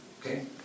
Okay